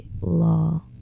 law